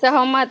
सहमत